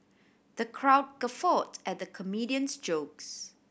the crowd guffawed at the comedian's jokes